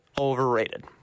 overrated